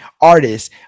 artists